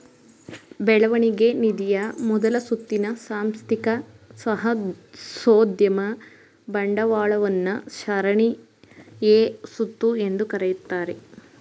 ಬೆಳವಣಿಗೆ ನಿಧಿಯ ಮೊದಲ ಸುತ್ತಿನ ಸಾಂಸ್ಥಿಕ ಸಾಹಸೋದ್ಯಮ ಬಂಡವಾಳವನ್ನ ಸರಣಿ ಎ ಸುತ್ತು ಎಂದು ಕರೆಯುತ್ತಾರೆ